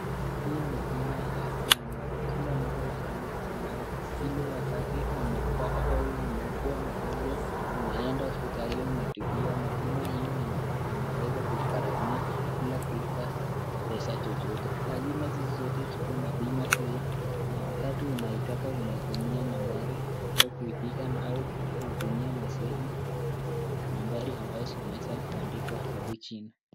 Hii ni bima ya afya ambayo kila mtu lazima ako nayo, ili wakati umekupata au umekuwa mgonjwa unaenda hospitalini unatibiwa na bima hiyo inaweza kukugharamia bila kulipa pesa chochote. Lazima sisi zote tukue na bima hiyo na wakati unaitaka unaitumia nambari au kuipiga na au kuitumia messagi nambari ambazo zimeweza kuandikwa hapo chini.